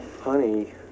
Honey